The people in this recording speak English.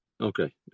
okay